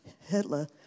Hitler